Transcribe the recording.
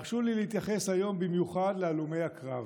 הרשו לי להתייחס היום במיוחד להלומי הקרב,